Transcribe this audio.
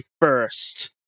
first